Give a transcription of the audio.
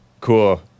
Cool